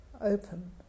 open